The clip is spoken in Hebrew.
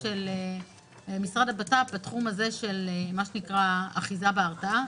של משרד הבט"פ בתחום הזה של מה שנקרא אחיזה בהרתעה,